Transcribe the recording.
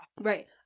Right